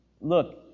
look